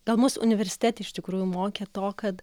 gal mus universitete iš tikrųjų mokė to kad